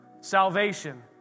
salvation